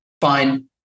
Fine